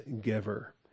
giver